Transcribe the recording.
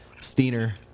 Steiner